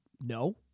no